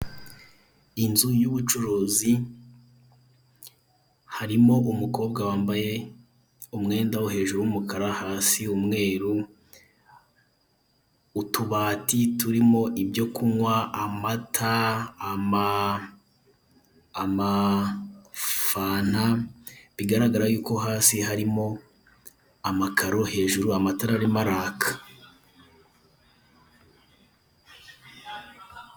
Inzu y'ubucuruzi harimo umukobwa wambaye umwenda wo hejuru w'umukara hasi umweru, utubati turimo ibyo kunkwa amata, amafanta bigaragara yuko hasi harimo amakaro hejuru amatara arimo araka.